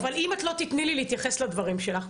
אבל אם את לא תתני לי להתייחס לדברים שלך,